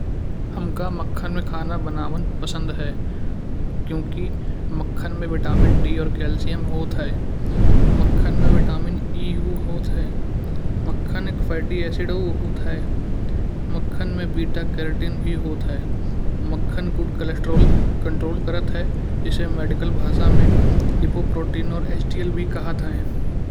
हमका मक्खन मा खाना बनावन पसंद है क्योकि मक्खन में विटामिन डी औऱ कैल्शियम होत है। मक्खन में विटामिन ई उ होत है। मक्खन एक फैटी ऐसिड होत ह। मक्खन में बीटा कैरोटिन भी होत है। मक्खन गुड कोलेस्ट्रॉल कंट्रोल करत है इसे मेडिकल भाषा में डीपो प्रोटीन औऱ एसडीएल भी कहत ह।